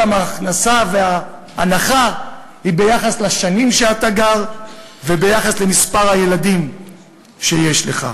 גם ההכנסה וההנחה היא ביחס לשנים שאתה גר וביחס למספר הילדים שיש לך.